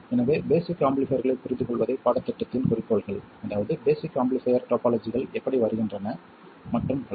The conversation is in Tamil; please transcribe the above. எனவே பேஸிக் ஆம்பிளிஃபைர்களை புரிந்துகொள்வதே பாடத்திட்டத்தின் குறிக்கோள்கள் அதாவது பேஸிக் ஆம்பிளிஃபைர் டோபாலஜிகள் எப்படி வருகின்றன மற்றும் பல